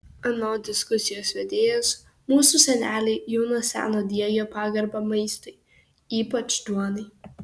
anot diskusijos vedėjos mūsų seneliai jau nuo seno diegė pagarbą maistui ypač duonai